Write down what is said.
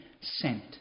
sent